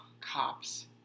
cops